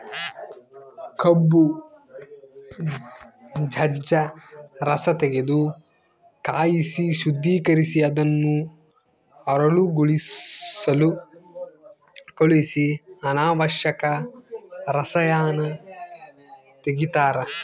ಕಬ್ಬು ಜಜ್ಜ ರಸತೆಗೆದು ಕಾಯಿಸಿ ಶುದ್ದೀಕರಿಸಿ ಅದನ್ನು ಹರಳುಗೊಳಿಸಲು ಕಳಿಹಿಸಿ ಅನಾವಶ್ಯಕ ರಸಾಯನ ತೆಗಿತಾರ